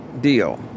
deal